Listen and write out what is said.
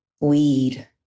weed